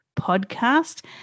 podcast